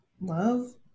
love